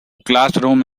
classroom